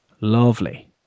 Lovely